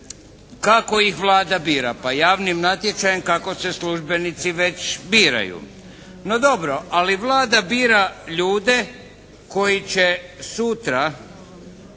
Kako ih Vlada bira? Pa javnim natječajem kako se službenici već biraju. No dobro, ali Vlada bira ljude koji će sutra